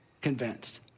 convinced